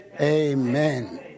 Amen